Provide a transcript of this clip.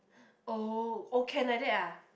oh oh can like that lah